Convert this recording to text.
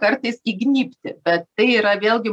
kartais įgnybti bet tai yra vėlgi